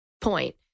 point